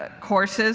ah courses.